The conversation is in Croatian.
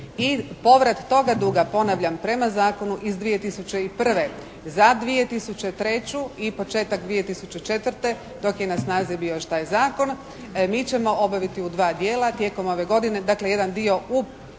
I povrat toga duga ponavljam, prema zakonu iz 2001. za 2003. i početak 2004. dok je na snazi još bio taj zakon mi ćemo obaviti u dva dijela tijekom ove godine. Dakle, jedan dio u